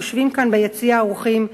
היושבים כאן ביציע האורחים,